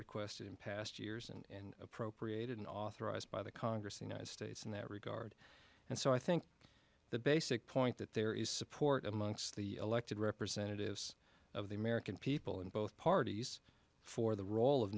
requested in past years and appropriated and authorized by the congress the united states in that regard and so i think the basic point that there is support amongst the elected representatives of the american people in both parties for the role of